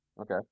Okay